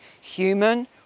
human